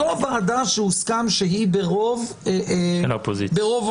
זו ועדה שהוסכם שהיא ברוב אופוזיציוני.